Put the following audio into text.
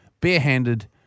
Barehanded